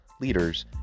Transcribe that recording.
leaders